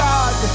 God